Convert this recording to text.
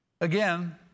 Again